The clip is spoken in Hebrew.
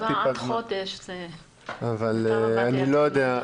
זה ישיבה עד חודש --- אני לא יודע,